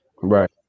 right